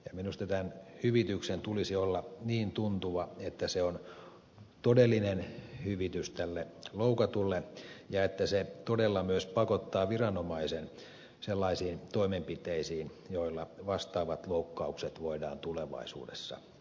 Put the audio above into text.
minusta tämän hyvityksen tulisi olla niin tuntuva että se on todellinen hyvitys tälle loukatulle ja että se todella myös pakottaa viranomaisen sellaisiin toimenpiteisiin joilla vastaavat loukkaukset voidaan tulevaisuudessa estää